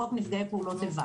חוק נפגעי פעולות האיבה.